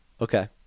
Okay